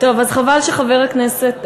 חבל שחבר הכנסת,